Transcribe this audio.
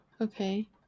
Okay